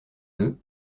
deux